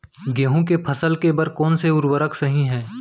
गेहूँ के फसल के बर कोन से उर्वरक सही है?